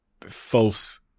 false